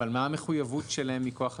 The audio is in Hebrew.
אבל מה המחויבות שלהם מכוח התקנות?